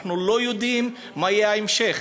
ואנחנו לא יודעים מה יהיה ההמשך,